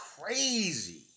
crazy